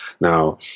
Now